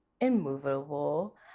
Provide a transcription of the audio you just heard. immovable